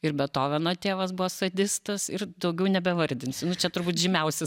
ir betoveno tėvas buvo sadistas ir daugiau nebevardinsiu nu čia turbūt žymiausi